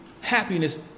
happiness